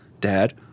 Dad